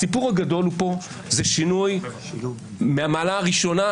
הסיפור הגדול כאן הוא שינוי מהמעלה הראשונה,